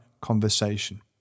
conversation